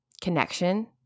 connection